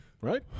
Right